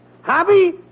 Hobby